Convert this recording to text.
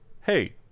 hey